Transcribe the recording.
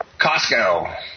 Costco